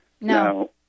No